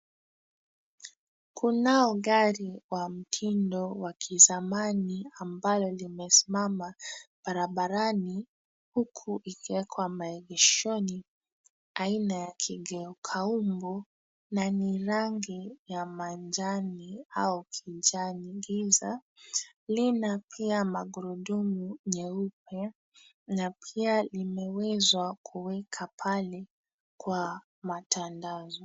Kunao gari wa mtindo wa kizamani ambalo limesimama barabarani huku ikiekwa maegeshoni aina ya kigeukaumbu na nirangi ya majani au kijani giza lina pia magurudumu nyeupe na pia limeweza kuwekwa pale kwa matandazo.